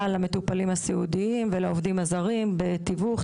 למטופלים הסיעודיים ולעובדים הזרים בתיווך,